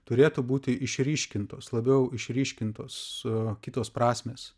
turėtų būti išryškintos labiau išryškintos kitos prasmės